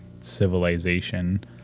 civilization